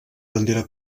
bandera